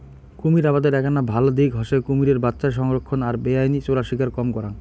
কুমীর আবাদের এ্যাকনা ভাল দিক হসে কুমীরের বাচ্চা সংরক্ষণ আর বেআইনি চোরাশিকার কম করাং